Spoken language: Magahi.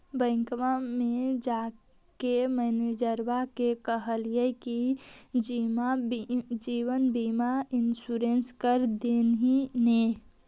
बैंकवा मे जाके मैनेजरवा के कहलिऐ कि जिवनबिमा इंश्योरेंस कर दिन ने?